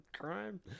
crime